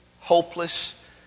hopeless